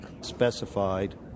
specified